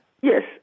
Yes